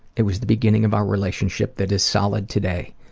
it was the beginning of our relationship that is solid today.